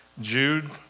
Jude